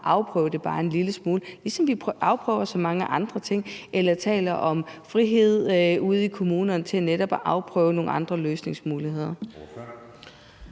afprøve det bare en lille smule, ligesom vi afprøver så mange andre ting eller taler om frihed i kommunerne til netop at afprøve nogle andre løsningsmuligheder.